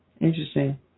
Interesting